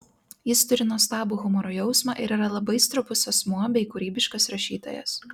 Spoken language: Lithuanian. jis turi nuostabų humoro jausmą ir yra labai stropus asmuo bei kūrybiškas rašytojas